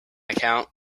account